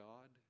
God